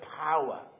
power